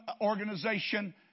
organization